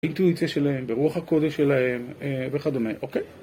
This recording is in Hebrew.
אינטואיציה שלהם, ורוח הקודש שלהם וכדומה, אוקיי.